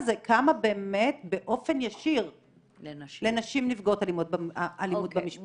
זה כמה באמת באופן ישיר לנשים נפגעות אלימות במשפחה.